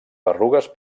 berrugues